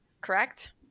correct